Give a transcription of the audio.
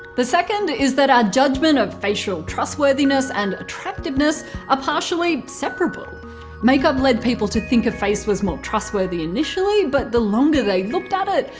the second is that our judgements of facial trustworthiness and attractiveness are ah partially separable makeup led people to think a face was more trustworthy initially, but the longer they looked at it,